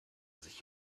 sich